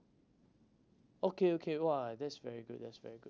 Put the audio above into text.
okay okay !wah! that's very good that's very good